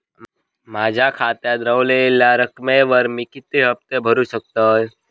माझ्या खात्यात रव्हलेल्या रकमेवर मी किती हफ्ते भरू शकतय?